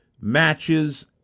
matches